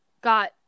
got